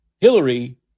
Hillary